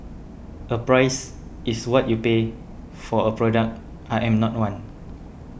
a 'price' is what you pay for a product I am not one